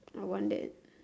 I want this